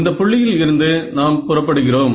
இந்த புள்ளியில் இருந்து நாம் புறப்படுகிறோம்